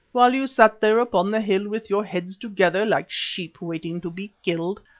while you sat there upon the hill with your heads together, like sheep waiting to be killed,